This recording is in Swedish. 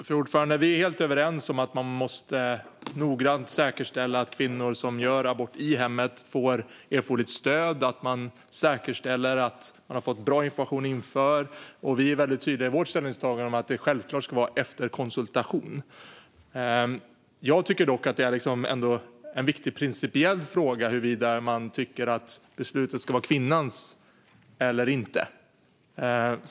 Fru talman! Vi är helt överens om att man noggrant måste säkerställa att kvinnor som gör abort i hemmet får erforderligt stöd och att man säkerställer att de har fått bra information inför aborten. Vi är väldigt tydliga i vårt ställningstagande om att det självklart ska vara en efterkonsultation. Jag tycker dock att det är en viktig principiell fråga huruvida man tycker att beslutet ska vara kvinnans eller inte.